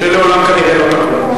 שכנראה לעולם לא תקום.